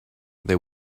they